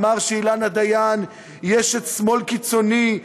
אמר שאילנה דיין היא אשת שמאל קיצוני,